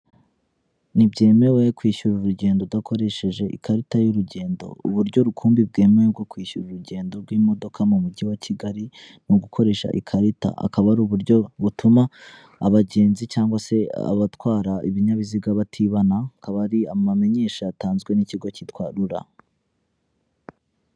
Ntibyemewe kwishyura urugendo udakoresheje ikarita y'urugendo, uburyo rukumbi bwemewe bwo kwishyura urugendo rw'imodoka mu mujyi wa Kigali ni ugukoresha ikarita, akaba ari uburyo butuma abagenzi cg se abatwara ibinyabiziga batibana, akaba ari amamenyesha yatanzwe n'ikigo cyitwa RURA.